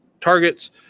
targets